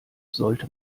sollte